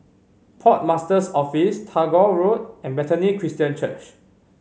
Port Master's Office Tagore Road and Bethany Christian Church